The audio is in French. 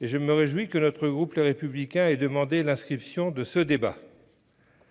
Je me réjouis donc que notre groupe Les Républicains ait demandé l'inscription de ce débat